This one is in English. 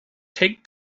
take